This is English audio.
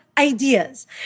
ideas